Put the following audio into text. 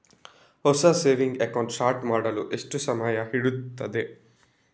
ಹೊಸ saving account start ಮಾಡಲು ಎಷ್ಟು ಸಮಯ ಹಿಡಿಯುತ್ತದೆ?